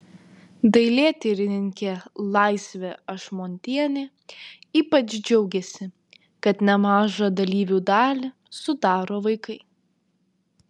dailėtyrininkė laisvė ašmontienė ypač džiaugėsi kad nemažą dalyvių dalį sudaro vaikai